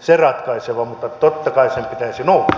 se ratkaiseva tekijä mutta totta kai sen pitäisi nousta